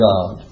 God